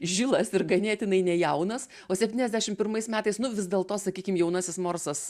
žilas ir ganėtinai nejaunas o septyniasdešim pirmais metais nu vis dėl to sakykim jaunasis morsas